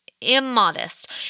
Immodest